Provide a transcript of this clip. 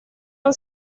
han